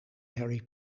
harry